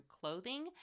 clothing